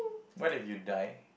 what if you die